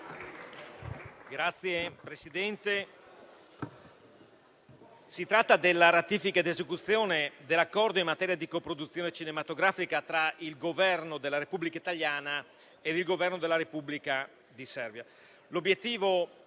TESTO PROPOSTO DALLA COMMISSIONE Ratifica ed esecuzione dell'Accordo in materia di coproduzione cinematografica tra il Governo della Repubblica italiana e il Governo della Repubblica di Serbia,